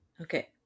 Okay